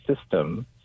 system